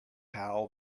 how